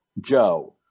Joe